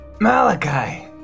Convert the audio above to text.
Malachi